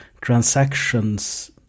transactions